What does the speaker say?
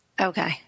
Okay